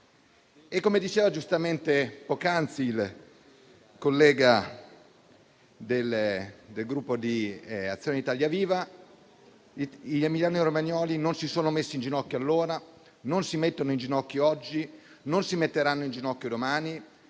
Come diceva giustamente poc'anzi il collega del Gruppo Azione-Italia Viva, gli emiliano-romagnoli non si sono messi in ginocchio allora, non si mettono in ginocchio oggi e non lo faranno domani,